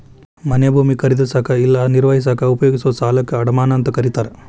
ಮನೆ ಭೂಮಿ ಖರೇದಿಸಕ ಇಲ್ಲಾ ನಿರ್ವಹಿಸಕ ಉಪಯೋಗಿಸೊ ಸಾಲಕ್ಕ ಅಡಮಾನ ಅಂತಾರ